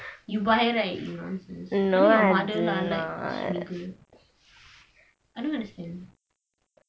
you buy right you nonsense I think your mother lah like smiggles I don't understand